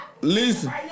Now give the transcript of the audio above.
Listen